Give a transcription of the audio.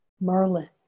Merlin